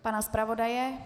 Pana zpravodaje?